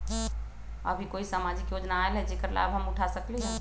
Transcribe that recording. अभी कोई सामाजिक योजना आयल है जेकर लाभ हम उठा सकली ह?